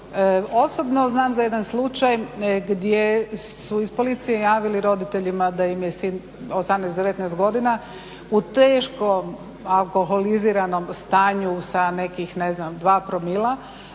osobno znam za jedan slučaj gdje su iz policije javili roditeljima da im je sin, 18, 19 godina, u teškom alkoholiziranom stanju sa nekih ne znam 2 promila